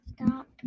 Stop